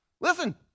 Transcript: listen